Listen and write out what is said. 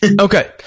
okay